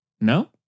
No